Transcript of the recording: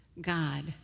God